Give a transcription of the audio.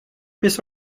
bis